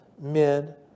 men